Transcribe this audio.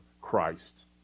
Christ